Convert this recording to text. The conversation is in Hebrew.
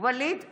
ווליד טאהא,